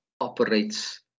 operates